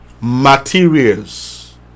materials